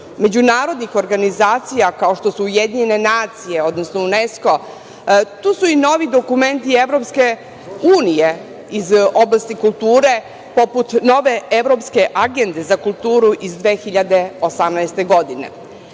međunarodnih organizacija kao što su UN, odnosno UNESKO. Tu su i novi dokumenti EU iz oblasti kulture, poput nove evropske Agende za kulturu iz 2018. godine. Ne